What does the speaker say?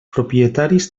propietaris